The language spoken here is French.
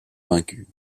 vaincue